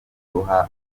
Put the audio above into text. guha